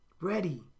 Ready